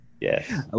Yes